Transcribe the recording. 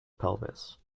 pelvis